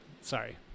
sorry